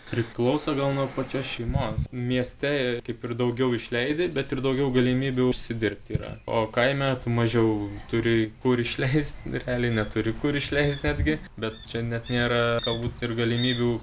priklauso gal nuo pačios šeimos mieste kaip ir daugiau išleidi bet ir daugiau galimybių užsidirbti yra o kaime tu mažiau turi kur išleist realiai neturi kur išleist netgi bet čia net nėra galbūt ir galimybių